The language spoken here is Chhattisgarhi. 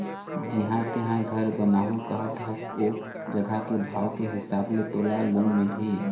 जिहाँ तेंहा घर बनाहूँ कहत हस ओ जघा के भाव के हिसाब ले तोला लोन मिलही